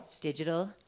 digital